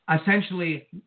Essentially